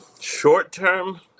Short-term